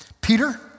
Peter